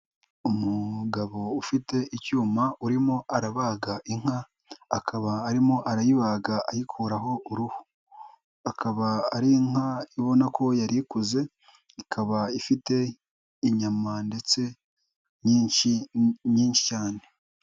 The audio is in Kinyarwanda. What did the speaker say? Umugabo ufite icyuma urimo arabaga inka akaba arimo arayibaga ayikuraho uruhu, akaba ari inka ubona ko yari kuze ikaba ifite inyama ndetse nyinshi nyinshi cyane.